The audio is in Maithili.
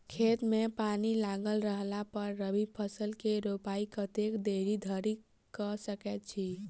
खेत मे पानि लागल रहला पर रबी फसल केँ रोपाइ कतेक देरी धरि कऽ सकै छी?